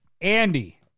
Andy